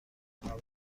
هوا